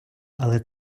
але